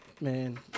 man